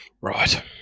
Right